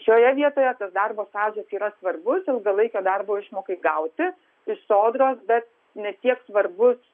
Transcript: šioje vietoje tas darbo stažas yra svarbus ilgalaikio darbo išmokai gauti iš sodros bet ne tiek svarbus